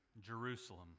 Jerusalem